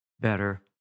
better